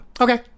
Okay